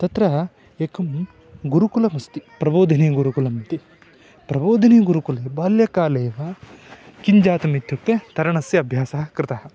तत्र एकं गुरुकुलस्ति प्रबोधिनीगुरुकुलमिति प्रबोधिनीगुरुकुले बाल्याकाले एव किं जातमित्युक्ते तरण्स्य अभ्यासः कृतः